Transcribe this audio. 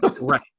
Right